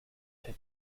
her